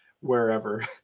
wherever